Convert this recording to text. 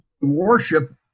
worship